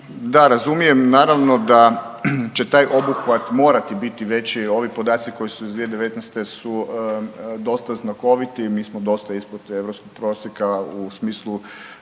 Da razumijem, naravno da će taj obuhvat morati biti veći. Ovi podaci koji su iz 2019. su dosta znakoviti, mi smo dosta ispod europskog prosjeka u smislu